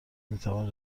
میتوان